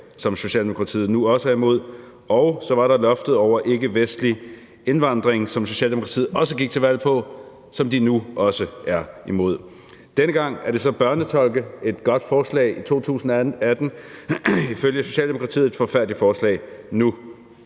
som Socialdemokratiet nu også er imod. Og så var der loftet over ikkevestlig indvandring, som Socialdemokratiet gik til valg på, og som de nu også er imod. Denne gang er det så børnetolke. Det var et godt forslag i 2018, men ifølge Socialdemokratiet nu et forfærdeligt forslag.